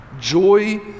Joy